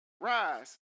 rise